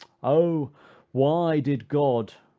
o why did god,